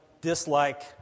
dislike